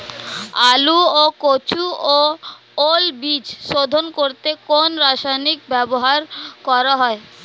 আলু ও কচু ও ওল বীজ শোধন করতে কোন রাসায়নিক ব্যবহার করা হয়?